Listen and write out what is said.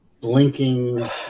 blinking